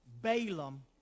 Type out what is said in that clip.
Balaam